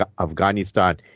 afghanistan